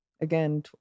again